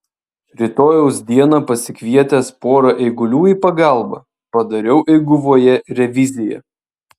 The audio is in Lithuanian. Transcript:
rytojaus dieną pasikvietęs pora eigulių į pagalbą padariau eiguvoje reviziją